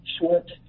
short